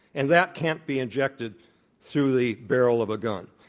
and that can't be injected through the barrel of a gun.